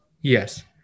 yes